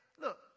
look